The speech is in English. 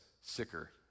sicker